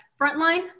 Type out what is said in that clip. Frontline